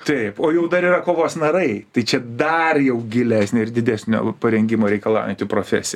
taip o jau dar yra kovos narai tai čia dar jau gilesnė ir didesnio parengimo reikalaujanti profesija